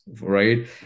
Right